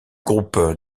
groupe